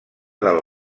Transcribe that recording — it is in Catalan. del